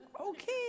Okay